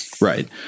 Right